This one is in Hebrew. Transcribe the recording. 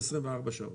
שעות,